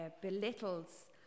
belittles